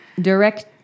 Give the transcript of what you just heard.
direct